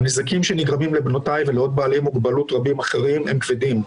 הנזקים שנגרמים לבנותיי ולעוד בעלי מוגבלות רבים אחרים הם כבדים: